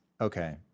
Okay